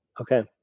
Okay